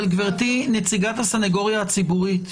אבל גברתי נציגת הסנגוריה הציבורית,